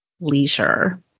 leisure